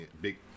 Big